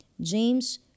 James